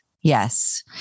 Yes